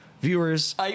Viewers